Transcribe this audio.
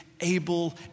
able